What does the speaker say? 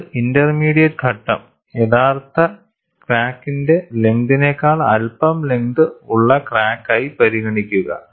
ഒരു ഇന്റർമീഡിയറ്റ് ഘട്ടം യഥാർത്ഥ ക്രാക്കിന്റെ ലെങ്തിനെക്കാൾ അല്പം ലെങ്ത് ഉള്ള ക്രാക്കായി പരിഗണിക്കുക